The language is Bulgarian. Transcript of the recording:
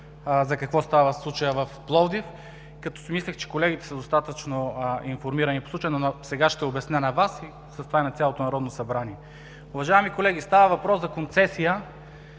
за какво става въпрос по случая в Пловдив, като си мислех, че колегите са достатъчно информирани по случая. Сега ще обясня на Вас, а с това и на цялото Народно събрание. Уважаеми колеги, става въпрос за концесия,